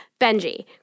Benji